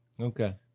Okay